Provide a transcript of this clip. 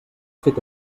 fet